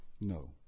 No